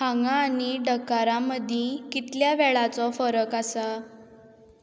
हांगा आनी डकारा मदीं कितल्या वेळाचो फरक आसा